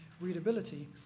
readability